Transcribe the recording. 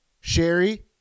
Sherry